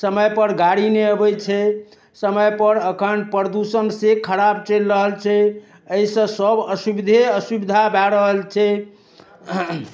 समयपर गाड़ी नहि अबै छै समयपर एखन प्रदूषण से खराब चलि रहल छै एहिसँ सब असुविधे असुविधा भऽ रहल छै